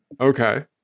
Okay